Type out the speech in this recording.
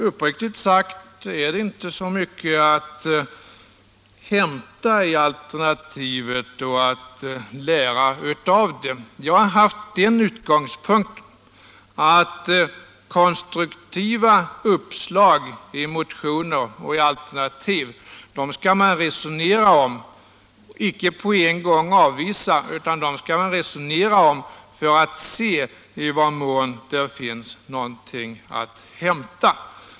Uppriktigt sagt är det alltså inte så mycket att hämta i det alternativet eller att lära av det. Jag har haft den utgångspunkten att konstruktiva uppslag i motioner och alternativförslag skall man icke på en gång avvisa, utan dem skall man resonera om för att se i vad mån där finns någonting att hämta.